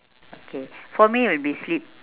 okay for me will be sleep